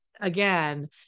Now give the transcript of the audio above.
again